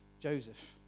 Joseph